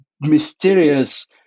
mysterious